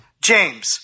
James